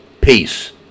Peace